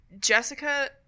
Jessica